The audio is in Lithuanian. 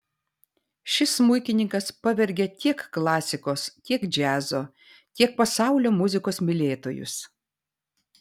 šis smuikininkas pavergia tiek klasikos tiek džiazo tiek pasaulio muzikos mylėtojus